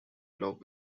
love